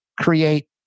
create